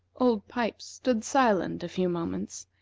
old pipes stood silent a few moments,